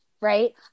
Right